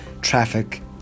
traffic